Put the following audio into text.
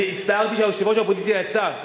אני הצטערתי שיושבת-ראש האופוזיציה יצאה,